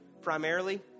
primarily